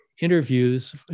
interviews